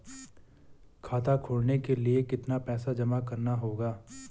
खाता खोलने के लिये कितना पैसा जमा करना होगा?